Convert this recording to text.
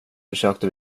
försökte